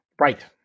Right